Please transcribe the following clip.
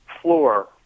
floor